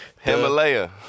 Himalaya